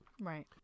Right